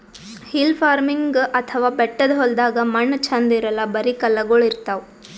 hill farming ಅಥವಾ ಬೆಟ್ಟದ್ ಹೊಲ್ದಾಗ ಮಣ್ಣ್ ಛಂದ್ ಇರಲ್ಲ್ ಬರಿ ಕಲ್ಲಗೋಳ್ ಇರ್ತವ್